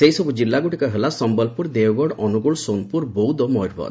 ସେହିସବୃ ଜିଲ୍ଲାଗୁଡିକ ହେଲା ସମ୍ମଲପୁର ଦେଓଗଡ ଅନୁଗୋଳ ସୋନପୁର ବୌଦ୍ଧ ଓ ମୟରଭଞ